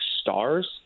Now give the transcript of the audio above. stars